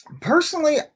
Personally